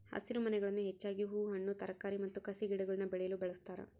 ಹಸಿರುಮನೆಗಳನ್ನು ಹೆಚ್ಚಾಗಿ ಹೂ ಹಣ್ಣು ತರಕಾರಿ ಮತ್ತು ಕಸಿಗಿಡಗುಳ್ನ ಬೆಳೆಯಲು ಬಳಸ್ತಾರ